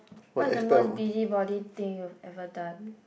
what is the most busybody thing you have ever done